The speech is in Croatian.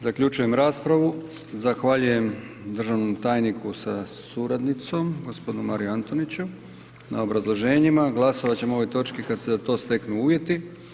Zaključujem raspravu, zahvaljujem državnom tajniku sa a suradnicom, g. Mariju Antoniću na obrazloženjima, glasovat ćemo o ovoj točki kad se za to steknu uvjeti.